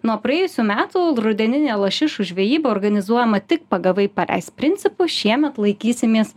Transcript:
nuo praėjusių metų rudeninė lašišų žvejyba organizuojama tik pagavai paleisk principu šiemet laikysimės